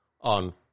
on